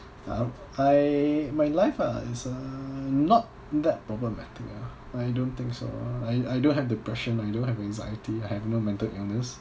um I my life ah it's uh not that problematic [one] I don't think so I I don't have depression I don't have anxiety I have no mental illness